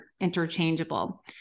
interchangeable